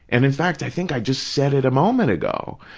and in fact, i think i just said it a moment ago,